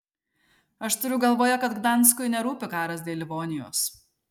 aš turiu galvoje kad gdanskui nerūpi karas dėl livonijos